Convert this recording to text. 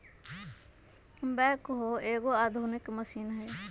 backhoe एगो आधुनिक machine हइ